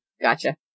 gotcha